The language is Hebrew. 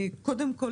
קודם כול,